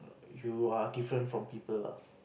you are different from people lah